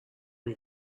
این